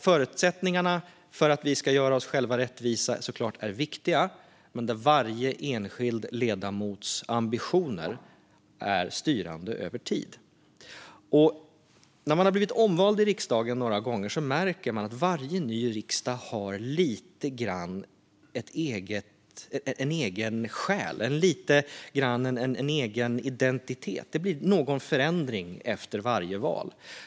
Förutsättningarna för att vi ska göra oss själva rättvisa är såklart viktiga, men varje enskild ledamots ambitioner är styrande över tid. Utredning om stödet till den politiska beslutsprocessen och ledamotskapet i riksdagen När man har blivit omvald till riksdagen några gånger märker man att varje ny riksdag har lite grann av en egen själ och en egen identitet. Det blir förändringar efter varje val.